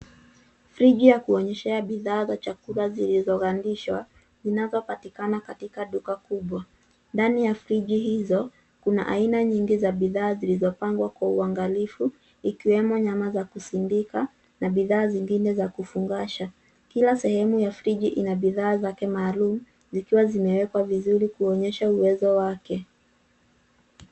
Friji ya kuonyeshea bidhaa za chakula zilizogandishwa, zinazopatikana katika duka kubwa. Ndani ya friji hizo, kuna aina nyingi za bidhaa zilizopangwa kwa uangalifu, ikiwemo nyama za kusindika na bidhaa zingine za kufungasha. Kila sehemu ya friji ina bidhaa zake maalum, zikiwa zimewekwa vizuri kuonyesha uwezo wake.